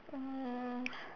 um